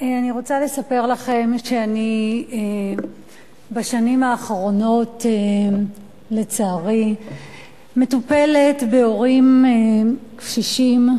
אני רוצה לספר לכם שאני בשנים האחרונות לצערי מטופלת בהורים קשישים,